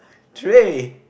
three